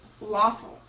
lawful